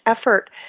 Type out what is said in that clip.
effort